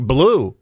Blue